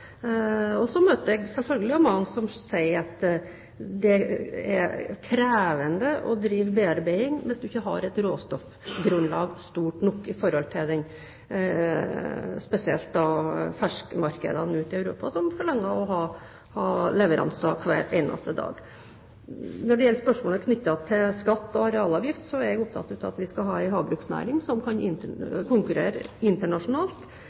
Og så møter jeg også selvfølgelig mange som sier at det er krevende å drive bearbeiding, hvis man ikke har et råstoffgrunnlag som er stort nok, spesielt i forhold til ferskfiskmarkedene ute i Europa som forlanger å ha leveranser hver eneste dag. Når det gjelder spørsmålet knyttet til skatt og arealavgift, er jeg opptatt av at vi skal ha en havbruksnæring som kan konkurrere internasjonalt,